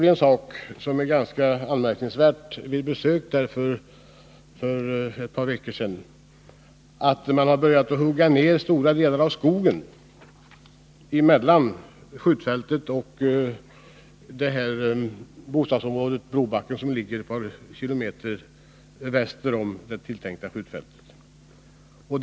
Vid ett besök där för ett par veckor sedan upptäckte vi en sak som är ganska anmärkningsvärd: man har börjat hugga ner stora delar av skogen mellan det tilltänkta skjutfältet och bostadsområdet Brobacken, som ligger ett par kilometer väster om skjutfältet.